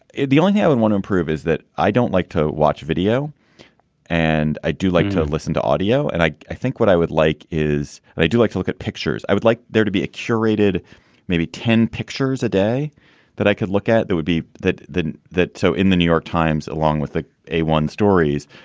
the only thing i i would want to improve is that i don't like to watch video and i do like to listen to audio. and i i think what i would like is and i do like to look at pictures. i would like there to be a curated maybe ten pictures a day that i could look at. that would be the that. so in the new york times, along with the a one stories,